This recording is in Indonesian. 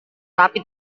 tetapi